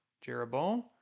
Jeroboam